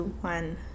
one